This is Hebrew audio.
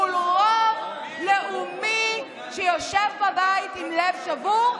מול רוב לאומי שיושב בבית עם לב שבור,